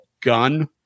Gun